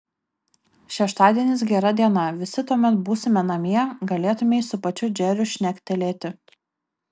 šeštadienis gera diena visi tuomet būsime namie galėtumei su pačiu džeriu šnektelėti